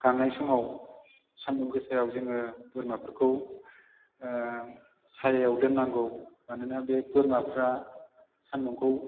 गांनाय समाव सान्दुं गोसायाव जोङो बोरमाफोरखौ सायायाव दोननांगौ मानोना बे बोरमाफ्रा सान्दुंखौ